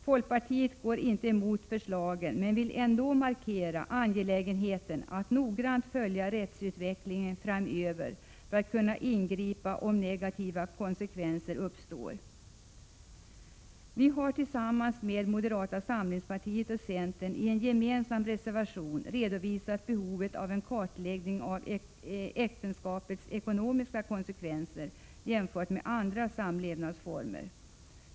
Folkpartiet går inte emot förslagen, men vill ändå markera hur angeläget det är att noggrant följa rättsutvecklingen för att kunna ingripa om negativa konsekvenser uppstår. Vi har tillsammans med moderata samlingspartiet och centern i en gemensam reservation redovisat behovet av en kartläggning av äktenskapets ekonomiska konsekvenser jämfört med andra samlevnadsformer.